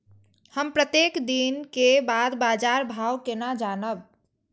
हम प्रत्येक दिन के बाद बाजार भाव केना जानब?